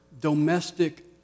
domestic